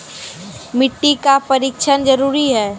मिट्टी का परिक्षण जरुरी है?